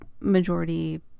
majority